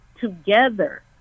together